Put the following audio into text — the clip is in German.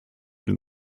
den